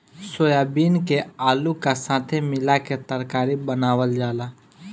soybean के आलू का साथे मिला के तरकारी बनावल जाला